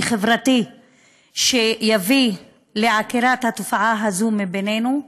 חברתי שיביא לעקירת התופעה הזאת מבינינו,